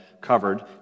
covered